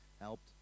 helped